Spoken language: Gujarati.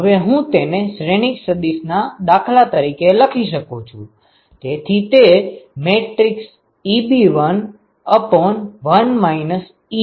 હવે હું તેને શ્રેણિક સદિશ ના દાખલા તરીકે લખી શકું છું